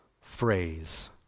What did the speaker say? phrase